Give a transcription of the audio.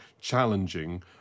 challenging